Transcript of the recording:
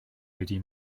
wedi